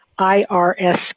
IRS